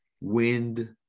wind